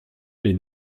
les